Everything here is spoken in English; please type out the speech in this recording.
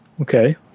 Okay